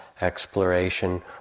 exploration